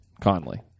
Conley